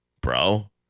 bro